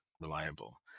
reliable